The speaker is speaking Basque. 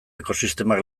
ekosistemak